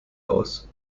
aus